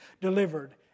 delivered